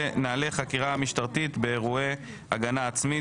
נהלי חקירה משטרתית באירועי הגנה עצמית,